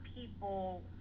people